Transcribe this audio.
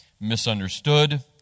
misunderstood